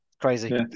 crazy